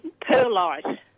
perlite